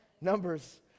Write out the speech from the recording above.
Numbers